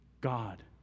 God